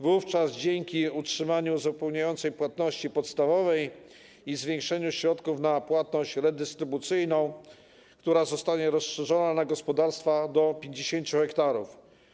Wówczas możliwe będzie utrzymanie uzupełniającej płatności podstawowej i zwiększenie środków na płatność redystrybucyjną, która zostanie rozszerzona na gospodarstwa do 50 ha.